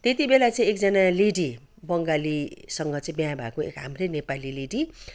त्यतिबेला चाहिँ एकजना लेडी बङ्गालीसँग चाहिँ बिहे भएको हाम्रै नेपाली लेडी